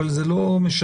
אבל זה לא משנה,